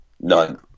None